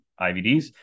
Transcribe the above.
IVDs